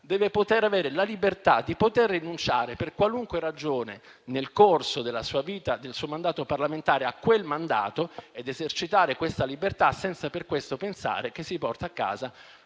deve poter avere la libertà di rinunciare, per qualunque ragione, nel corso del suo mandato parlamentare a quel mandato ed esercitare questa libertà senza per questo pensare che si porta a casa